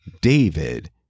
David